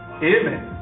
amen